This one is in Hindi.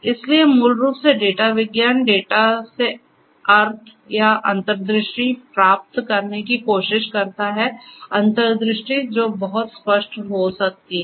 इसलिए मूल रूप से डेटा विज्ञान डेटा से अर्थ या अंतर्दृष्टि प्राप्त करने की कोशिश करता है अंतर्दृष्टि जो बहुत स्पष्ट हो सकती है